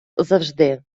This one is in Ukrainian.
завжди